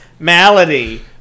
Malady